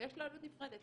ויש לו עלות נפרדת.